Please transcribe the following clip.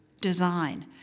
design